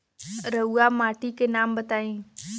रहुआ माटी के नाम बताई?